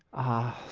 ah,